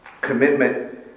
Commitment